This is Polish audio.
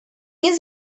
nie